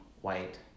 white